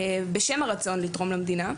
בשם הרצון לתרום למדינה.